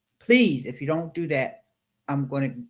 please if you don't do that i'm gonna